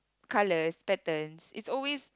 colours patterns it's always